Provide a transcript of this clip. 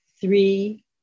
three